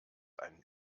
einen